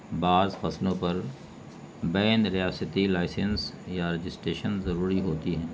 بعض فصلوں پر بند ریاستی لائسنس یا رجسٹریشن ضروری ہوتی ہیں